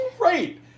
Right